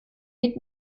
mit